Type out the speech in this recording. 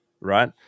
right